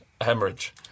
hemorrhage